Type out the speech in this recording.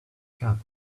cup